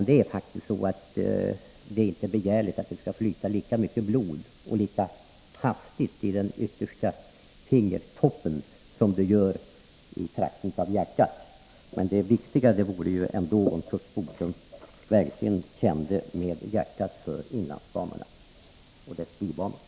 Det är dessutom inte nödvändigt att blodet skall flyta lika hastigt i den yttersta fingertoppen som det gör i trakten av hjärtat — men det vore viktigt om Curt Boström verkligen kände med hjärtat för inlandsbanan och dess bibanor.